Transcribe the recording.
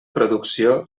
producció